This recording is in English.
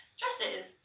dresses